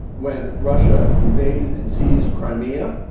when russia invaded and seized crimea,